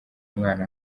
mwana